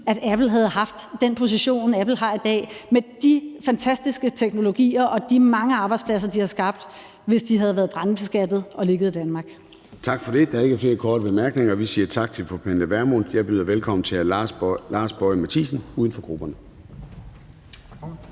at Apple havde haft den position, Apple har i dag, med de fantastiske teknologier og de mange arbejdspladser, de har skabt, hvis de havde været brandbeskattet og ligget i Danmark. Kl. 14:19 Formanden (Søren Gade): Tak for det. Der er ikke flere korte bemærkninger. Vi siger tak til fru Pernille Vermund. Jeg byder velkommen til hr. Lars Boje Mathiesen, uden for grupperne.